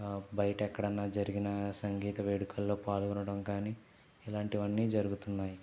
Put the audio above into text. బయట ఎక్కడైనా జరిగిన సంగీత్ వేడుకల్లో పాల్గొనడం కానీ ఇలాంటివన్నీ జరుగుతున్నాయి